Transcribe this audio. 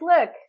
Look